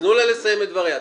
תנו לה לסיים את דבריה.